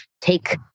take